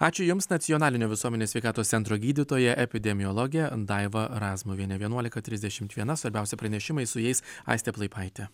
ačiū jums nacionalinio visuomenės sveikatos centro gydytoja epidemiologė daiva razmuvienė vienuolika trisdešimt viena svarbiausi pranešimai su jais aistė plaipaitė